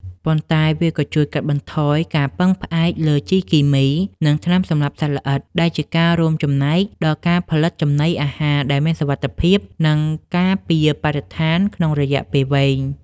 ប៉ុន្តែវាក៏ជួយកាត់បន្ថយការពឹងផ្អែកលើជីគីមី និងថ្នាំសម្លាប់សត្វល្អិត ដែលជាការរួមចំណែកដល់ការផលិតចំណីអាហារដែលមានសុវត្ថិភាព និងការពារបរិស្ថានក្នុងរយៈពេលវែង។